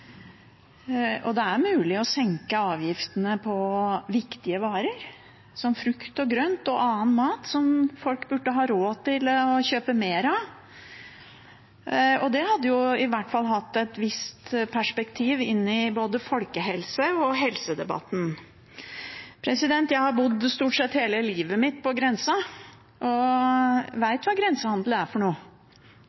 Og det er mulig å senke avgiftene på viktige varer, som frukt og grønt og annen mat som folk burde ha råd til å kjøpe mer av. Det hadde i hvert fall hatt et visst perspektiv inn i både folkehelse og helsedebatten. Jeg har bodd stort sett hele livet mitt på grensa, og